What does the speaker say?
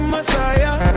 Messiah